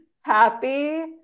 happy –